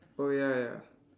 oh ya ya